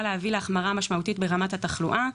להביא להחמרה משמעותית ברמת התחלואה.